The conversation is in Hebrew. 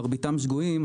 מרביתם שגויים,